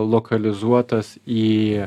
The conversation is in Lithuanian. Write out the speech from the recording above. lokalizuotas į